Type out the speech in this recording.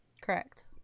correct